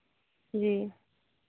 जी